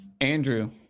Andrew